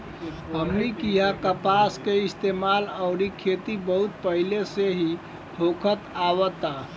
हमनी किहा कपास के इस्तेमाल अउरी खेती बहुत पहिले से ही होखत आवता